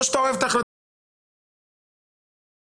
אז או שאתה אוהב את ההחלטה הזאת או